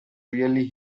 really